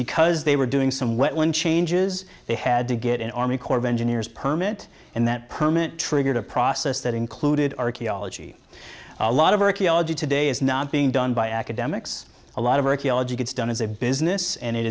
because they were doing somewhat wind changes they had to get an army corps of engineers permit and that permit triggered a process that included archaeology a lot of archaeology today is not being done by academics a lot of archaeology gets done as a business and it